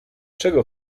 czego